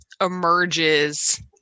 emerges